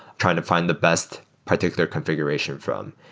trying to find the best particular configuration from.